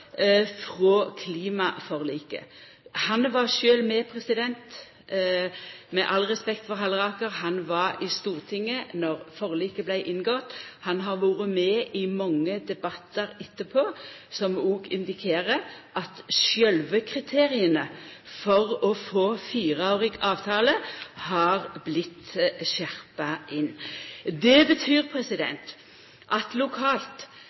frå klimaforliket. Med all respekt for Halleraker: Han var sjølv med. Han var i Stortinget då forliket vart inngått. Han har vore med i mange debattar etterpå, noko som òg indikerer av sjølve kriteria for å få fireårig avtale har vorte skjerpa inn. Det betyr at lokalt